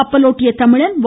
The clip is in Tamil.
கப்பலோட்டிய தமிழன் வ